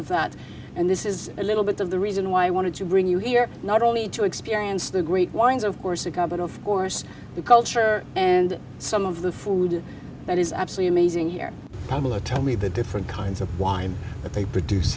of that and this is a little bit of the reason why i wanted to bring you here not only to experience the great wines of corsica but of course the culture and some of the food that is absolutely amazing here probably tell me the different kinds of wine that they produce